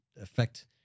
affect